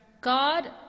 God